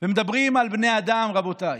מדברים על בני אדם, רבותיי.